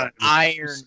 Iron